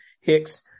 Hicks